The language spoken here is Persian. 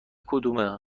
کدومه